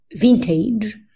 vintage